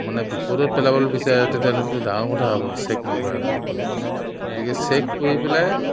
মানে বিপদত পেলাবলৈ বিচাৰে তেতিয়াহ'লেতো ডাঙৰ কথা হ'ব চেক নকৰাকৈ গতিকে চেক কৰি পেলাই